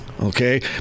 okay